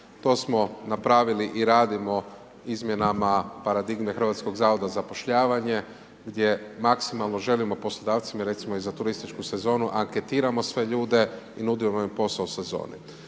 To smo napravili i radimo izmjenama paradigme Hrvatskog zavoda za zapošljavanje gdje maksimalno želimo poslodavcima recimo i za turističku sezonu, anketiramo sve ljude i nudimo im posao u sezoni.